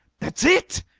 that's it!